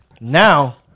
now